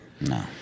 No